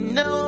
no